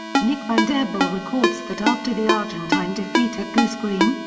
nick van der bijl records that after the argentine defeat at goose green,